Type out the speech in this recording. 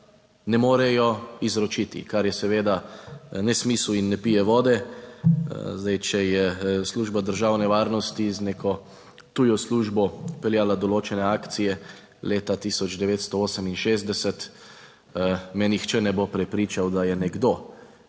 ne morejo izročiti, kar je seveda nesmisel in ne pije vode. Zdaj, če je Služba državne varnosti z neko tujo službo peljala določene akcije leta 1968, me nihče ne bo prepričal, da je nekdo,